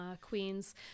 Queen's